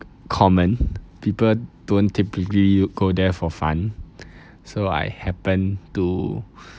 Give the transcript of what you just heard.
common people don't typically go there for fun so I happen to